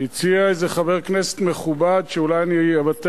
הציע איזה חבר כנסת מכובד שאולי אני אוותר